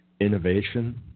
innovation